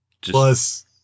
Plus